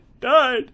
died